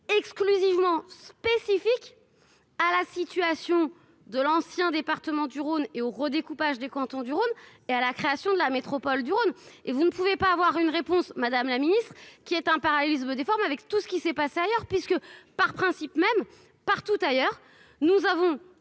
exclusivement spécifique à la situation de l'ancien département du Rhône et au redécoupage des cantons du Rhône et à la création de la métropole du Rhône et vous ne pouvez pas avoir une réponse, Madame la Ministre, qui est un parallélisme des formes avec tout ce qui s'est passé ailleurs puisque par principe même partout ailleurs, nous avons.